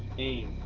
aim.